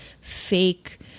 fake